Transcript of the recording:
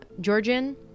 Georgian